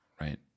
Right